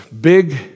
big